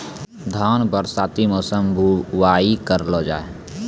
धान बरसाती मौसम बुवाई करलो जा?